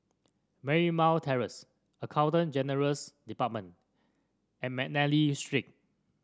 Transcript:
Marymount Terrace Accountant General's Department and McNally Street